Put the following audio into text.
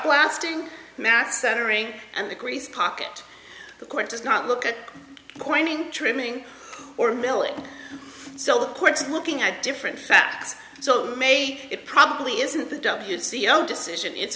blasting mats entering and the grease pocket the court does not look at pointing trimming or milling looking at different facts so made it probably isn't the w c own decision it's